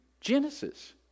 Genesis